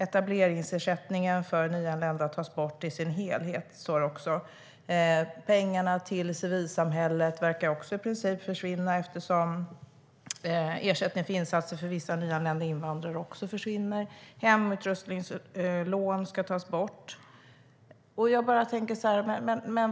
Etableringsersättningen för nyanlända tas bort i sin helhet, står det också. Pengarna till civilsamhället verkar också i princip försvinna eftersom även ersättningen för insatser för vissa nyanlända invandrare försvinner. Hemutrustningslån ska tas bort.